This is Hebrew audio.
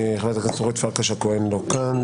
חברת הכנסת אורית פרק הכהן לא כאן.